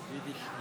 58 נגד, שני